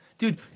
Dude